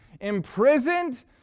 imprisoned